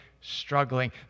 struggling